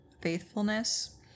faithfulness